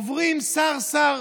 עוברים שר-שר,